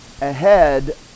ahead